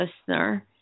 listener